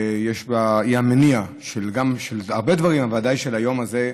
שהיא המניע של הרבה דברים, אבל ודאי של היום הזה.